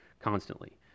constantly